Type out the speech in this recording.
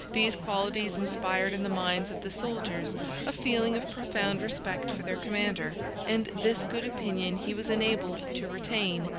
these qualities inspired in the minds of the soldiers a feeling of profound respect for their commander and this good opinion he was enabled to retain,